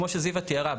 כמו שזיוה תיארה,